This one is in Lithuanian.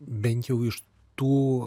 bent jau iš tų